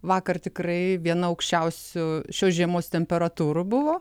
vakar tikrai viena aukščiausių šios žiemos temperatūrų buvo